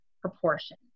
proportion